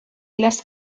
las